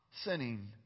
sinning